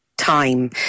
time